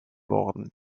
worden